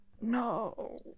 no